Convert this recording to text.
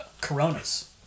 coronas